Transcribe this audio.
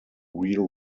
real